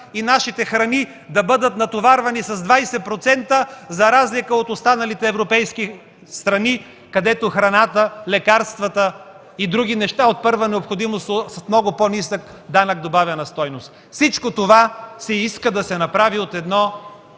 и нашите храни да бъдат натоварвани с 20%, за разлика от останалите европейски страни, където храната, лекарствата и други неща от първа необходимост са с много по-нисък данък добавена стойност. Всичко това се иска да се направи от едно